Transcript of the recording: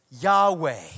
Yahweh